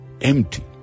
empty